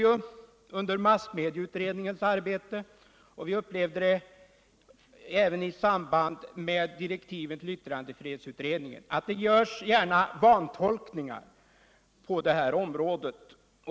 Under massmedieutredningens arbete och även i samband med att direktiven till yttrandefrihetsutredningen fastställdes fick vi erfara att det gärna görs vantolkningar på det här området.